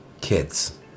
kids